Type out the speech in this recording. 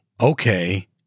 okay